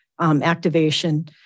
activation